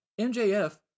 MJF